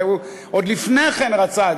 והוא עוד לפני כן רצה.